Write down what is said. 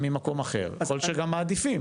מכיוון שזיהינו שהרבה מאוד מועמדי עלייה,